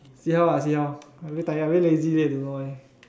see how ah see how I very tired I lazy eh I don't know why